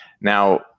Now